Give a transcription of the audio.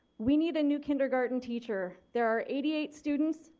we need a new kindergarten teacher. there eighty eight students.